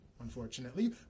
Unfortunately